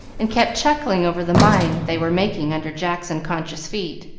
and kept chuckling over the mine they were making under jack's unconscious feet.